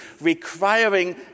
requiring